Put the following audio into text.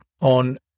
on